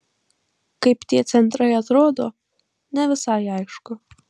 kaip tie centrai atrodo ne visai aišku